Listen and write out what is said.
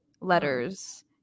letters